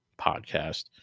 podcast